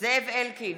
זאב אלקין,